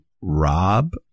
rob